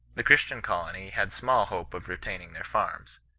the christian colony had small hope of retaining their farms.